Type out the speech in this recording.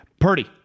Purdy